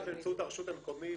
זה מגיע באמצעות הרשות המקומית,